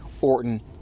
Orton